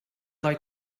like